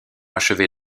achever